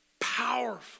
powerful